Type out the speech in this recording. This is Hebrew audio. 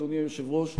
אדוני היושב-ראש,